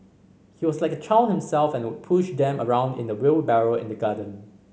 he was like a child himself and would push them around in a wheelbarrow in the garden